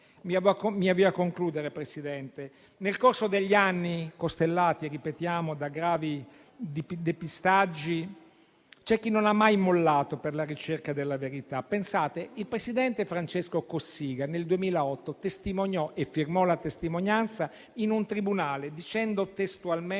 Mi avvio a concludere, signor Presidente. Nel corso degli anni, costellati - ripetiamo - da gravi depistaggi, c'è chi non ha mai mollato nella ricerca della verità. Pensate che il presidente Francesco Cossiga, nel 2008, testimoniò e firmò la testimonianza in un tribunale, dicendo testualmente